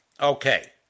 Okay